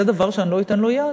זה דבר שאני לא אתן לו יד.